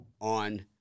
on